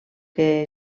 que